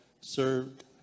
served